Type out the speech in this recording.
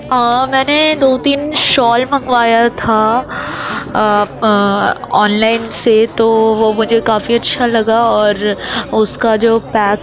ہاں میں نے دو تین شال منگوایا تھا آن لائن سے تو وہ مجھے کافی اچھا لگا اور اس کا جو پیک